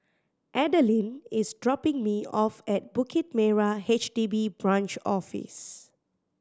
Adalynn is dropping me off at Bukit Merah H D B Branch Office